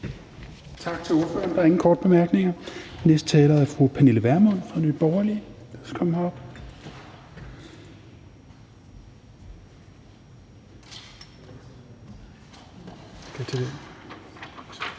Tak til ordføreren. Der er ingen korte bemærkninger. Den næste taler er fru Pernille Vermund fra Nye Borgerlige. Værsgo. Kl.